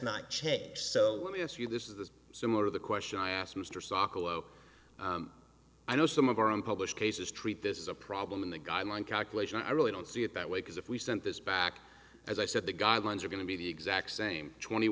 not change so let me ask you this is this similar of the question i asked mr sokolow i know some of our own published cases treat this is a problem in the guideline calculation i really don't see it that way because if we sent this back as i said the guidelines are going to be the exact same twenty